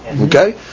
Okay